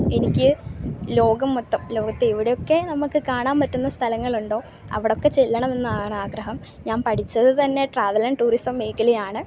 എനിക്ക് ലോകം മൊത്തം ലോകത്ത് എവിടെയൊക്കെ നമുക്ക് കാണാൻ പറ്റുന്ന സ്ഥലങ്ങളുണ്ടോ അവിടെയൊക്കെ ചെല്ലണം എന്നാണ് ആഗ്രഹം ഞാൻ പഠിച്ചത് തന്നെ ട്രാവൽ ആൻഡ് ടൂറിസം മേഖലയാണ്